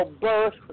birth